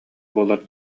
буолар